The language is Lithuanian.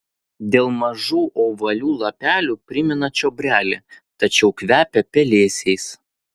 dėl mažų ovalių lapelių primena čiobrelį tačiau kvepia pelėsiais